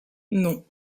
non